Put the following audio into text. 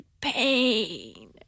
pain